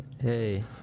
Hey